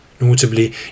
notably